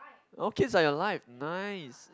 oh kids are your life nice